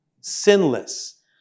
sinless